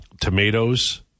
tomatoes